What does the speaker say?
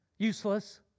Useless